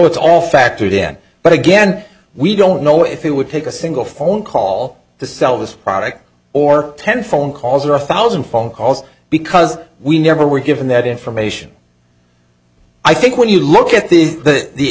it's all factored in but again we don't know if it would take a single phone call to sell this product or ten phone calls or a thousand phone calls because we never were given that information i think when you look at the